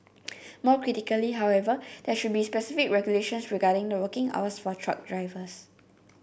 more critically however there should be very specific regulations regarding the working hours for truck drivers